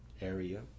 area